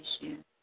issues